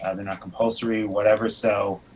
and they're not compulsory, whatever. so,